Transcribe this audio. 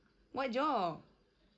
what job